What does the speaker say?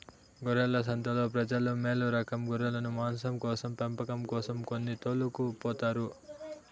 గొర్రెల సంతలో ప్రజలు మేలురకం గొర్రెలను మాంసం కోసం పెంపకం కోసం కొని తోలుకుపోతారు